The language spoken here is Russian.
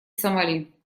сомали